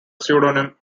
pseudonym